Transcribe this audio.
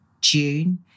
June